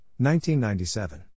1997